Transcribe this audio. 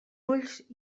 ulls